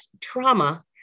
trauma